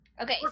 okay